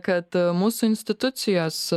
kad mūsų institucijos